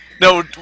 No